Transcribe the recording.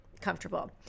comfortable